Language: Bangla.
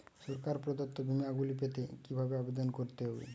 সরকার প্রদত্ত বিমা গুলি পেতে কিভাবে আবেদন করতে হবে?